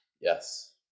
yes